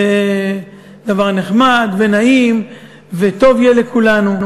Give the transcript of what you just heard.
זה דבר נחמד ונעים וטוב יהיה לכולנו.